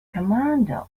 commander